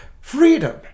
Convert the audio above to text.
freedom